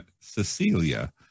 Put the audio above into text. Cecilia